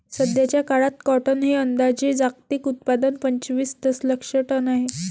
सध्याचा काळात कॉटन हे अंदाजे जागतिक उत्पादन पंचवीस दशलक्ष टन आहे